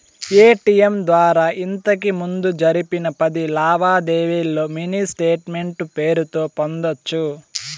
ATM ద్వారా ఇంతకిముందు జరిపిన పది లావాదేవీల్లో మినీ స్టేట్మెంటు పేరుతో పొందొచ్చు